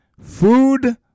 Food